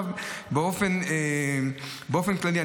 באופן כללי,